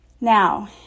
Now